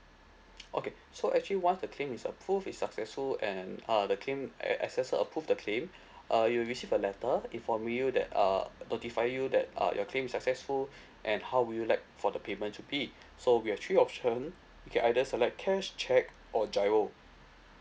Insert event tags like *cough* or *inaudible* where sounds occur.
okay so actually once the claim is approved is successful and uh the claim ac~ accessor approved the claim *breath* uh you will receive a letter informed you that uh notified you that uh your claim is successful *breath* and how would you like for the payment to be *breath* so we have three options you can either select cash cheque or GIRO